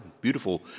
Beautiful